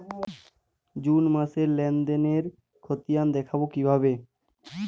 June মাসের লেনদেনের খতিয়ান দেখবো কিভাবে?